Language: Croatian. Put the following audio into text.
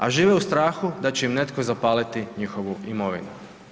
A žive u strahu da će im netko zapaliti njihovu imovinu.